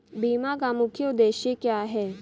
बीमा का मुख्य उद्देश्य क्या है?